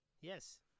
Yes